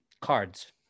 cards